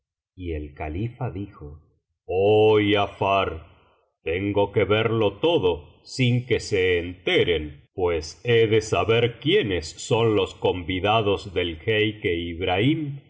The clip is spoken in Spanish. y el califa dijo ob giafar tengo que verlo todo sin que se enteren pues he de saber quiénes son los convidados del jeique ibrahim y